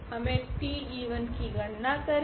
हमे T की गणना करेगे